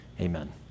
amen